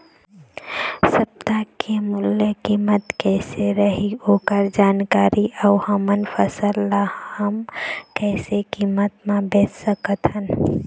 सप्ता के मूल्य कीमत कैसे रही ओकर जानकारी अऊ हमर फसल ला हम कैसे कीमत मा बेच सकत हन?